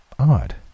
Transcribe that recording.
Odd